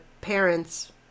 parents